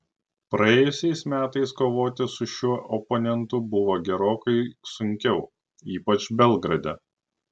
praėjusiais metais kovoti su šiuo oponentu buvo gerokai sunkiau ypač belgrade